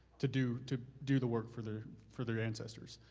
to do to do the work for their for their ancestors.